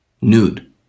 nude